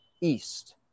east